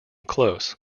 close